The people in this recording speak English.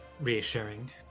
reassuring